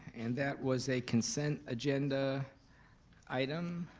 and that was a consent agenda item.